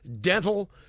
dental